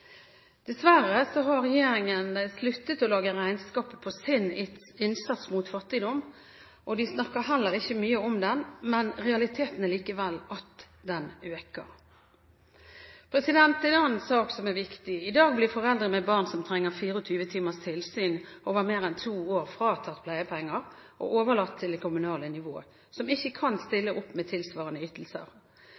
Dessverre har regjeringen sluttet å lage regnskap over sin innsats mot fattigdom, og de snakker heller ikke mye om den, men realiteten er likevel at den øker! En annen sak som er viktig: I dag blir foreldre med barn som trenger 24 timers tilsyn over mer enn to år, fratatt pleiepenger og overlatt til det kommunale nivå, som ikke kan